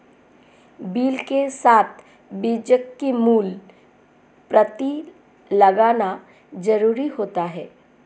bill के साथ बीजक की मूल प्रति लगाना जरुरी होता है